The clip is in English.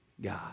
God